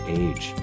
age